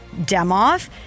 Demoff